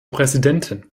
präsidentin